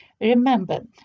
Remember